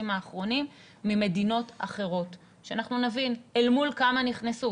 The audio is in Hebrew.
האחרונים ממדינות אחרות אל מול כמה נכנסו,